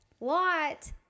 Lot